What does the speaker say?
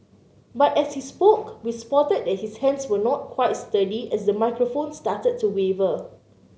but as he spoke we spotted that his hands were not quite sturdy as the microphone started to waver